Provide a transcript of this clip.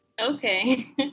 Okay